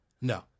no